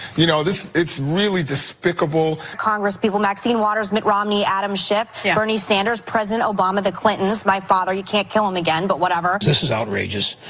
you know it's really despicable. congresspeople maxine waters, mitt romney, adam schiff, bernie sanders, president obama, the clintons, my father, you can't kill him again, but whatever. this is outrageous.